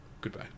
Goodbye